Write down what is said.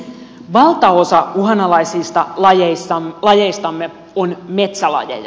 valtaosa uhanalaisista lajeistamme on metsälajeja